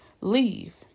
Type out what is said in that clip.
leave